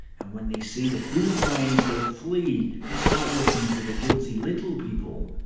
and when they see the food lines, they flee and start looking for the guilty little people.